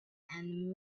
and